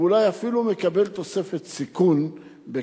ואולי אפילו מקבל תוספת סיכון בכך.